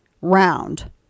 round